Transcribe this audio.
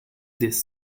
this